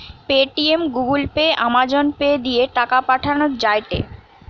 Paytm, Google Pay, Amazon Pay দিয়ে টাকা পাঠান যায়টে